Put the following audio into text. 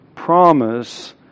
promise